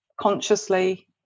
consciously